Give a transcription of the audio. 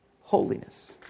holiness